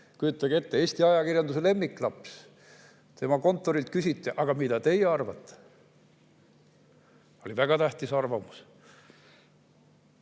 Kujutage ette, Eesti ajakirjanduse lemmiklaps! Tema kontorilt küsiti: aga mida teie arvate? Oli väga tähtis arvamus.